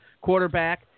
quarterback